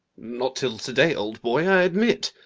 not till to-day, old boy, i admit.